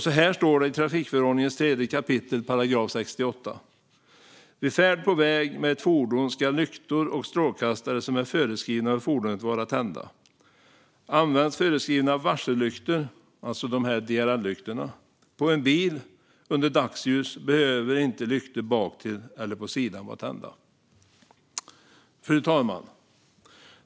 Så här står det i trafikförordningen 3 kap. 68 §: "Vid färd på väg med ett fordon ska lyktor och strålkastare som är föreskrivna för fordonet vara tända. Används föreskrivna varsellyktor" - alltså DRL-lyktorna - "på en bil under dagsljus behöver inte lyktor baktill eller på sidan vara tända." Fru talman!